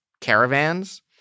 caravans